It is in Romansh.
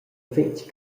fetg